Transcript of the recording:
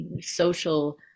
social